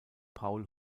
paul